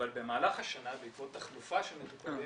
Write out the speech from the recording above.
אבל במהלך השנה בעקבות תחלופה של מטופלים